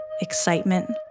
excitement